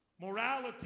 Morality